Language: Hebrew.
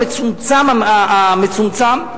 המצומצם-המצומצם.